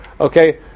Okay